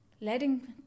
Letting